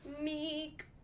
Meek